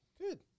Good